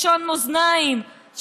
לשון מאזניים,